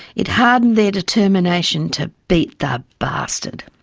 it hardened their determination to beat the bastard.